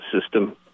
system